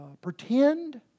pretend